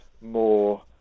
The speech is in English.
more